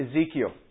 Ezekiel